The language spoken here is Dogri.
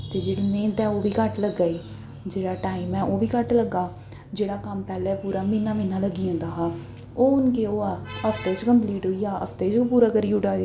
ते जेह्ड़ी मेह्नत ऐ ओह् बी घट्ट लग्गा दी जेह्ड़ा टाइम ऐ ओह् बी घट्ट लग्गा दा जेह्ड़ा कम्म पैह्लें पूरा म्हीना म्हीना लग्गी जंदा हा ओह् हून केह् होआ दा हफ्ते च कंपलीट होई जा दा हप्ते च ओह् पूरा करी ओड़ा दे